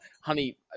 honey